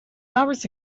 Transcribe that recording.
hours